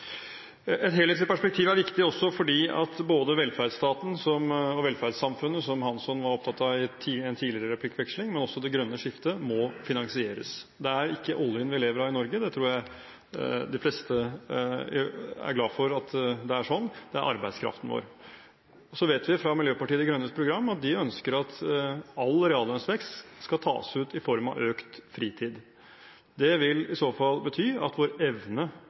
et eksempel. Et helhetlig perspektiv er viktig også fordi både velferdsstaten og velferdssamfunnet, som Hansson var opptatt av i en tidligere replikkveksling, og også det grønne skiftet må finansieres. Det er ikke oljen vi lever av i Norge – det tror jeg de fleste er glad for – det er arbeidskraften vår. Så vet vi fra Miljøpartiet De Grønnes program at de ønsker at all reallønnsvekst skal tas ut i form av økt fritid. Det vil i så fall bety at vår evne